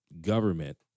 government